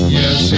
yes